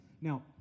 Now